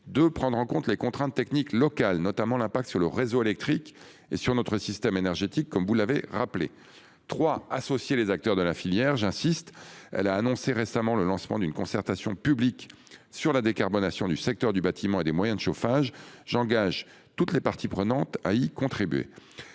prendre en compte les contraintes techniques locales, notamment l'impact sur le réseau électrique et sur notre système énergétique, comme vous l'avez souligné. Enfin, il faut associer les acteurs de la filière. Ma collègue a annoncé récemment le lancement d'une concertation publique sur la décarbonation du secteur du bâtiment et des moyens de chauffage. J'engage toutes les parties prenantes à y contribuer.